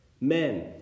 Men